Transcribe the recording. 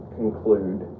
conclude